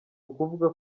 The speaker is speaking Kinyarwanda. ukuvuga